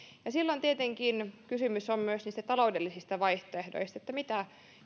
silloin tietenkin kysymys on myös niistä taloudellisista vaihtoehdoista että mitä